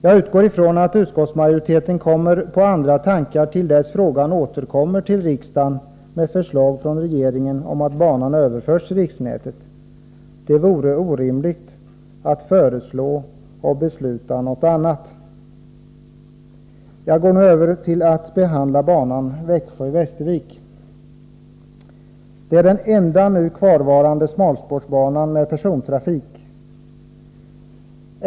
Jag utgår ifrån att utskottsmajoriteten har kommit på andra tankar när frågan återkommer till riksdagen i form av förslag från regeringen om att banan skall överföras till riksnätet. Det vore orimligt att föreslå och besluta något annat. Jag går nu över till att behandla banan Växjö-Västervik. Den är den enda nu kvarvarande smalspårsbanan med persontrafik.